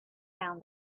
down